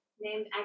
named